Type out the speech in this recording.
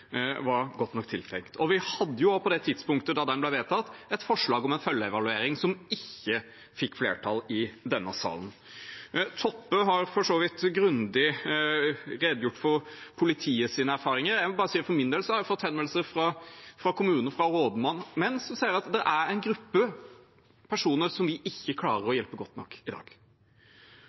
var tilsiktet. Vi hadde også på det tidspunktet da den ble vedtatt, et forslag om en følgeevaluering som ikke fikk flertall i denne salen. Toppe har for så vidt grundig redegjort for politiets erfaringer. Jeg må bare si at for min del har jeg fått henvendelser fra kommuner og rådmenn som sier at det er en gruppe personer man ikke klarer å hjelpe godt nok i dag.